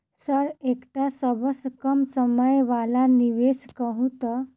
Sir एकटा सबसँ कम समय वला निवेश कहु तऽ?